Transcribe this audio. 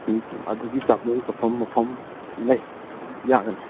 ꯑꯗꯨꯒꯤ ꯆꯥꯐꯝ ꯈꯣꯠꯐꯝ ꯃꯐꯝ ꯂꯩ ꯑꯗꯨꯝ ꯌꯥꯒꯅꯤ